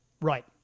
Right